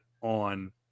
on